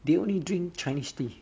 they only drink chinese tea